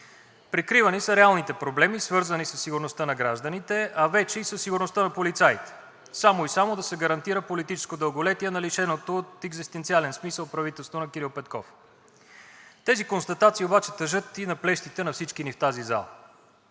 Прикривани са реалните проблеми, свързани със сигурността на гражданите, а вече и със сигурността на полицаите, само и само да се гарантира политическо дълголетие на лишеното от екзистенциален смисъл правителство на Кирил Петков. Тези констатации обаче тежат и на плещите на всички ни в тази зала,